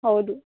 ಹೌದು